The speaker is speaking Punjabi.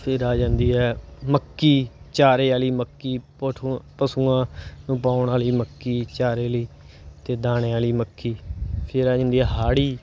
ਫਿਰ ਆ ਜਾਂਦੀ ਹੈ ਮੱਕੀ ਚਾਰੇ ਵਾਲੀ ਮੱਕੀ ਪਠੂ ਪਸ਼ੂਆਂ ਨੂੰ ਪਾਉਣ ਵਾਲੀ ਮੱਕੀ ਚਾਰੇ ਲਈ ਅਤੇ ਦਾਣੇ ਵਾਲੀ ਮੱਕੀ ਫੇਰ ਆ ਜਾਂਦੀ ਆ ਹਾੜ੍ਹੀ